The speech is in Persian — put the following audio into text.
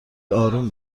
اروم